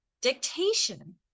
dictation